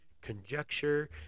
conjecture